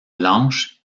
blanche